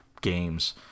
games